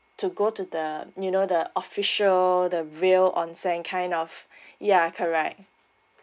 to go to the you know the official the real onsen kind of ya correct